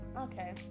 Okay